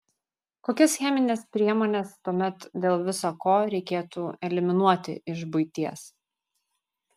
kokias chemines priemones tuomet dėl visa ko reikėtų eliminuoti iš buities